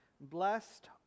Blessed